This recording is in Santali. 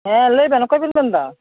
ᱦᱮ ᱞᱟᱹᱭᱵᱮᱱ ᱚᱠᱚᱭᱵᱤᱱ ᱢᱮᱱ ᱮᱫᱟ